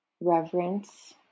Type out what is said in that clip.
reverence